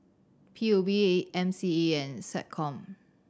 P U B A M C E and SecCom